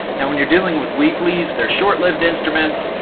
now when you're dealing with weeklies, they're short lived instruments,